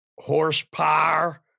horsepower